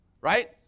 right